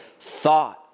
thought